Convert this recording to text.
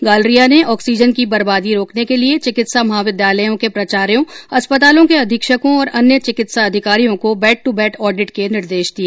गालरिया ने ऑक्सीजन की बर्बादी रोकने के लिए चिकित्सा महाविद्यालयों के प्राचायोँ अस्पतालों के अधीक्षकों और अन्य चिकित्सा अधिकारियों को बेड टू बेड ऑडिट के निर्देश दिए